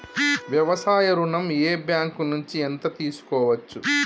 వ్యవసాయ ఋణం ఏ బ్యాంక్ నుంచి ఎంత తీసుకోవచ్చు?